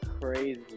crazy